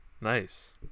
Nice